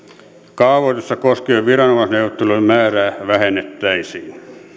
kaavoitusta koskevien viranomaisneuvottelujen määrää vähennettäisiin